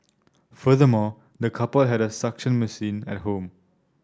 furthermore the couple had a suction machine at home